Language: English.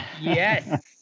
Yes